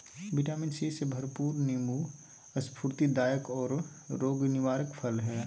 vitamin C से भरपूर नीबू स्फूर्तिदायक औरो रोग निवारक फल हइ